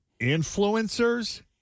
influencers